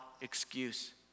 excuse